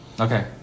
Okay